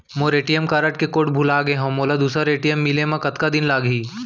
मोर ATM card के कोड भुला गे हव, मोला दूसर ए.टी.एम मिले म कतका दिन लागही?